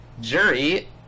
jury